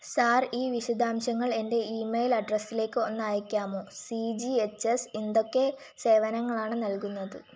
sir ഈ വിശദാംശങ്ങൾ എന്റെ ഈമെയിൽ അഡ്രസ്സിലേക്ക് ഒന്ന് അയയ്ക്കാമോ സി ജി എച്ച് എസ് എന്തൊക്കെ സേവനങ്ങളാണ് നൽകുന്നത്